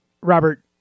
robert